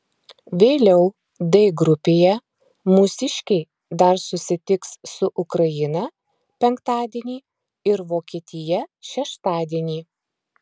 vėliau d grupėje mūsiškiai dar susitiks su ukraina penktadienį ir vokietija šeštadienį